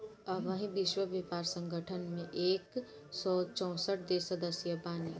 अबही विश्व व्यापार संगठन में एक सौ चौसठ देस सदस्य बाने